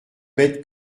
bête